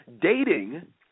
Dating